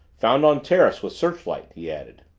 found on terrace with searchlight, he added.